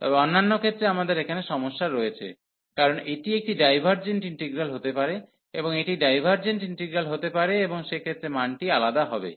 তবে অন্যান্য ক্ষেত্রে আমাদের এখানে সমস্যা রয়েছে কারণ এটি একটি ডাইভার্জেন্ট ইন্টিগ্রাল হতে পারে এবং এটি ডাইভার্জেন্ট ইন্টিগ্রাল হতে পারে এবং সেক্ষেত্রে মানটি আলাদা হবে